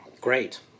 Great